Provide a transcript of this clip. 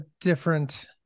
different